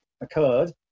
occurred